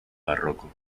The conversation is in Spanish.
barroco